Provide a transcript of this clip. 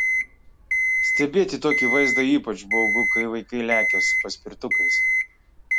stebėti tokį vaizdą ypač baugu kai vaikai lekia su paspirtukais